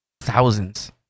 Thousands